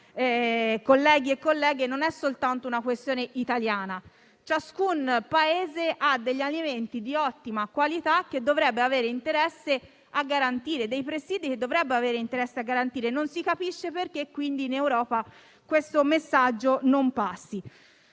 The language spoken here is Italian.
non è soltanto una questione italiana. Ciascun Paese ha degli alimenti di ottima qualità, che dovrebbe avere interesse a garantire, dei presidi che dovrebbe avere interesse a garantire. Non si capisce perché, quindi, in Europa questo messaggio non passi.